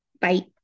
Bye